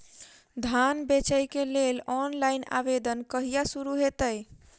धान बेचै केँ लेल ऑनलाइन आवेदन कहिया शुरू हेतइ?